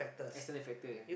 external factor